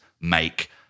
make-